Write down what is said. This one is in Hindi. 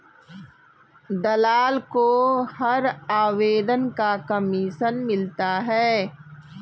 दलाल को हर आवेदन का कमीशन मिलता है